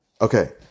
Okay